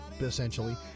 essentially